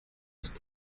ist